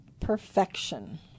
perfection